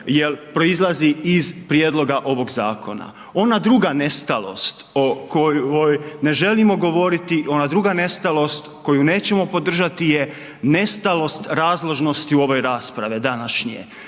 proizlazi iz prijedloga ovoga zakona. Ona druga nestalost o kojoj ne želimo govoriti, ona druga nestalost koju nećemo podržati je nestalost razložnosti ove rasprave današnje.